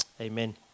Amen